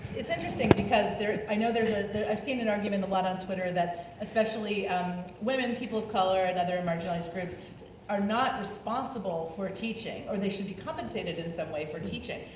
it's interesting because i know there's, i've seen an argument a lot on twitter that especially women, people of color, and other and marginalized groups are not responsible for teaching or they should be compensated in some way for teaching,